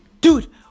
Dude